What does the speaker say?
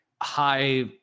high